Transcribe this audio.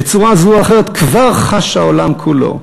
בצורה זו או אחרת כבר חש העולם כולו.